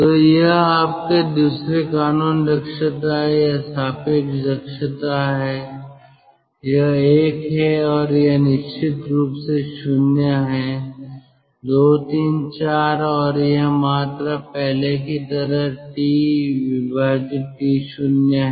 तो यह आपकी दूसरी कानून दक्षता या सापेक्ष दक्षता है यह 1 है और यह निश्चित रूप से 0 है 2 3 4 और यह मात्रा पहले की तरह TT0 है